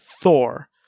Thor